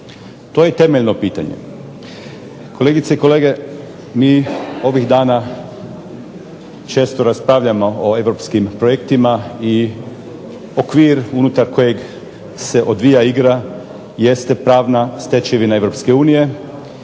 To je temeljno pitanje. Kolegice i kolege, mi ovih dana često raspravljamo o europskim projektima i okvir u kojem se odvija igra jeste pravna stečevina EU